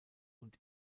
und